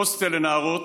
הוסטל לנערות,